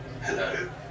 Hello